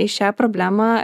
į šią problemą